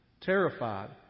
terrified